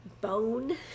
Bone